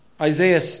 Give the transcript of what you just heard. isaiah